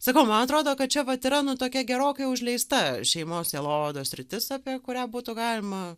sakau man atrodo kad čia vat yra nu tokia gerokai užleista šeimos sielovados sritis apie kurią būtų galima